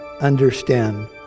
understand